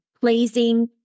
pleasing